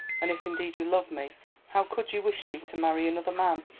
and if indeed you love me how could you wish me to marry another man?